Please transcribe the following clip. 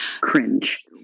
cringe